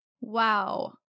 Wow